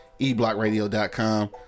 eblockradio.com